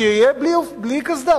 שיהיה בלי קסדה,